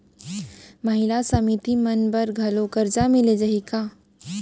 महिला समिति मन बर घलो करजा मिले जाही का?